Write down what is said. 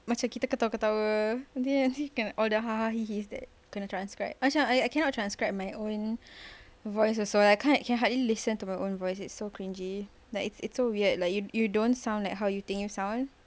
macam kita ketawa-ketawa abeh nanti all the haha hehes that kena transcribe I I cannot transcribe my own voice also lah can hardly listen to my own voice it's so cringey like it's it's so weird like you you don't sound like how you think you sound